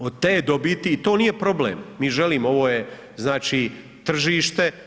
Od te dobiti, i to nije problem, mi želimo, ovo je znači tržište.